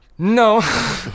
No